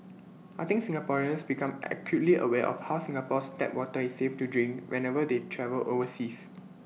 I think Singaporeans become acutely aware of how Singapore's tap water is safe to drink whenever they travel overseas